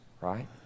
right